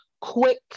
quick